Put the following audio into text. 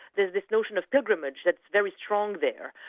there's this notion of pilgrimage that's very strong there.